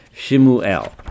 Shimuel